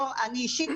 לא אני אישית,